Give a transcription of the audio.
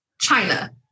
China